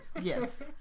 Yes